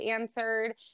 answered